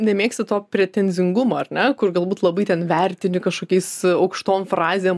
nemėgsti to pretenzingumo ar ne kur galbūt labai ten vertinti kažkokiais aukštom frazėm